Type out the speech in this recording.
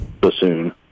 bassoon